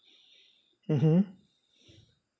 mmhmm